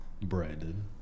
Brandon